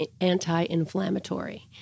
anti-inflammatory